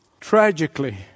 tragically